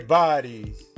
bodies